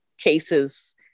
cases